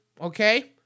okay